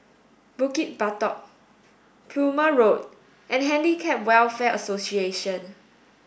Bukit Batok Plumer Road and Handicap Welfare Association